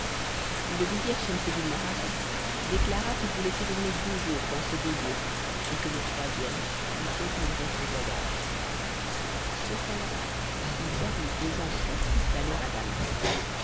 le vizir schemseddin mohammed déclara qu'il voulait séjourner deux jours dans ce beau lieu et que le troisième il continuerait son voyage cependant il permit aux gens de sa suite d'aller à damas